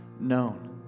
known